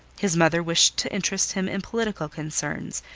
his mother wished to interest him in political concerns,